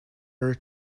her